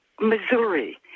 Missouri